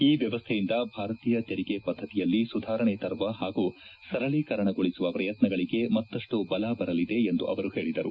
ಈ ವ್ಯವಸ್ಥೆಯಿಂದ ಭಾರತೀಯ ತೆರಿಗೆ ಪದ್ಧತಿಯಲ್ಲಿ ಸುಧಾರಣೆ ತರುವ ಹಾಗೂ ಸರಳೀಕರಣಗೊಳಿಸುವ ಪ್ರಯತ್ನಗಳಿಗೆ ಮತ್ತಷ್ಲು ಬಲ ಬರಲಿದೆ ಎಂದು ಅವರು ಹೇಳಿದರು